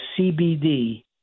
CBD